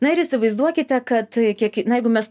na ir įsivaizduokite kad kiek na jeigu mes